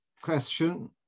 question